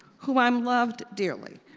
whom i um loved dearly,